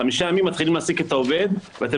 חמישה ימים מתחילים להעסיק את העובד ואתם